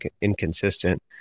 inconsistent